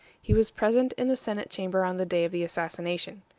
he was present in the senate-chamber on the day of the assassination.